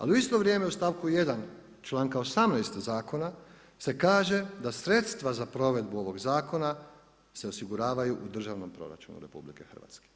A u isto vrijeme u stavku 1 čl.18. zakona, se kaže da sredstva za provedbu ovog zakona se osiguravaju u državnom proračunu RH.